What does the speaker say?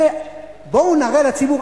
בואו נראה לציבור,